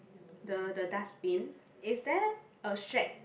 the the dustbin is there a shack